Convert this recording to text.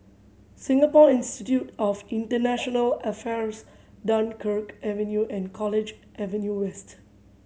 Singapore Institute of International Affairs Dunkirk Avenue and College Avenue West